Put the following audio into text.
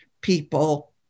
people